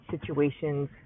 situations